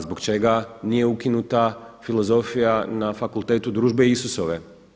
Zbog čega nije ukinuta filozofija na Fakultetu družbe Isusove?